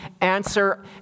answer